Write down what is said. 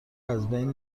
ازبین